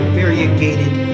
variegated